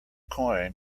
coin